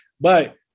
But-